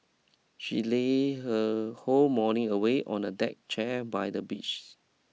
she lay her whole morning away on a deck chair by the beach